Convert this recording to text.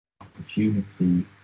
opportunity